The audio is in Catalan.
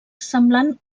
semblant